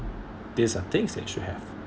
these are things that should have